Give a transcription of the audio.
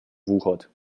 wuchert